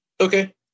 Okay